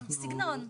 סגנון,